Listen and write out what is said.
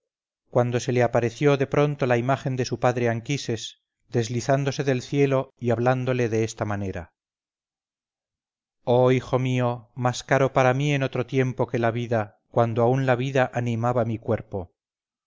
cuando se le apareció de pronto la imagen de su padre anquises deslizándose del cielo y hablándole de esta manera oh hijo mío más caro para mí en otro tiempo que la vida cuando aun la vida animaba mi cuerpo